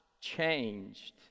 changed